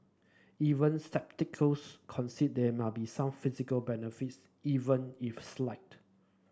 even concede there may be some physical benefits even if slight